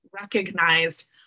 recognized